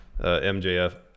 MJF